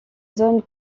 zone